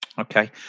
Okay